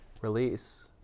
release